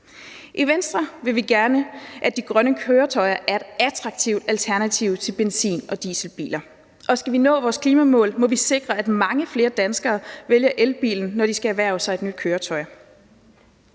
I Venstre vil vi gerne, at de grønne køretøjer er et attraktivt alternativ til benzin- og dieselbilerne, og skal vi nå vores klimamål, må vi sikre, at mange flere danskere vælger elbilen, når de skal erhverve sig et nyt køretøj.